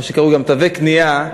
מה שקרוי גם תווי קנייה,